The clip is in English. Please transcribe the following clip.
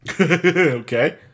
Okay